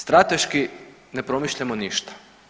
Strateški ne promišljamo ništa.